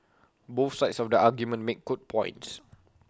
both sides of the argument make good points